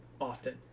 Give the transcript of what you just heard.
often